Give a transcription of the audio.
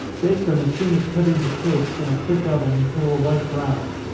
bake them as soon as cut into cakes, in a quick oven, till a light brown.